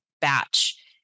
batch